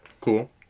Cool